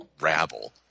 rabble